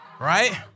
right